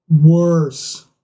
Worse